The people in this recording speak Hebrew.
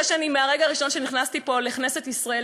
שאני מהרגע הראשון שנכנסתי פה לכנסת ישראל,